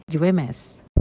UMS